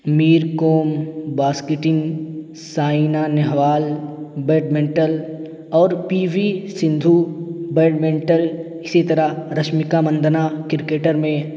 میری Kom boxing Saina Nehwal badminton اور P V Sindhu badminton اسی طرح رشمکا مندھنا کرکٹر میں